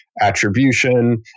Attribution